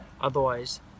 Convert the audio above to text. otherwise